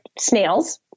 snails